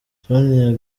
sonia